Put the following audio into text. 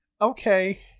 Okay